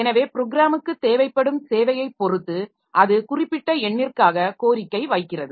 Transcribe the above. எனவே ப்ரோக்ராமுக்குத் தேவைப்படும் சேவையைப் பொறுத்து அது குறிப்பிட்ட எண்ணிற்க்காக கோரிக்கை வைக்கிறது